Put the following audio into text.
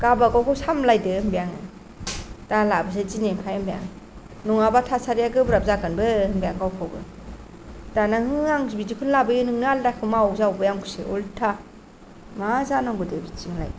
गावबागावखौ सामलायदो होनबाय आङो दालाबोसै दोनैनिफ्राय होनबाय आं नङाब्ला थासारिया गोब्राब जागोनबो होनबाय आं गावखौबो दाना हो आंसो बिदिखौ लाबोयो नोंनो आलादाखौ माव जाबावबाय आंखौसो उल्था मा जानांगौ दे बिदिजोंलाय